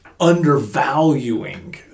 undervaluing